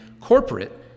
corporate